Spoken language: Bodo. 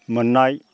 मोननाय